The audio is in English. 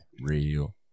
Real